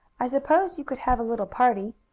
i suppose you could have a little party.